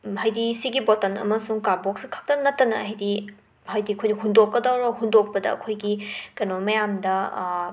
ꯍꯥꯏꯗꯤ ꯁꯤꯒꯤ ꯕꯣꯇꯟ ꯑꯃꯁꯨꯡ ꯀꯥꯔꯠꯕꯣꯛꯁꯁꯤꯈꯛꯇ ꯅꯠꯇꯅ ꯍꯥꯏꯗꯤ ꯍꯥꯏꯗꯤ ꯑꯩꯈꯣꯏꯅ ꯍꯨꯟꯗꯣꯛꯀꯗꯧ ꯍꯨꯟꯗꯣꯛꯄꯗ ꯑꯩꯈꯣꯏꯒꯤ ꯀꯩꯅꯣ ꯃꯌꯥꯝꯗ